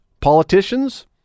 Politicians